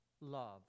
love